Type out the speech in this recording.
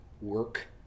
work